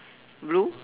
blue